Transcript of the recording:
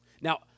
Now